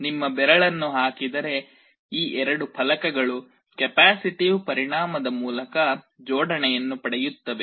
ನಿಮ್ಮ ಬೆರಳನ್ನು ಹಾಕಿದರೆ ಈ ಎರಡು ಫಲಕಗಳು ಕೆಪ್ಯಾಸಿಟಿವ್ ಪರಿಣಾಮದ ಮೂಲಕ ಜೋಡಣೆಯನ್ನು ಪಡೆಯುತ್ತವೆ